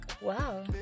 Wow